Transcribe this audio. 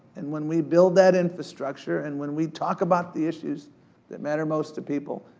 and when we build that infrastructure, and when we talk about the issues that matters most to people,